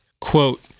quote